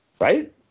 Right